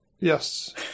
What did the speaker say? Yes